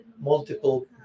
multiple